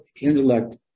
intellect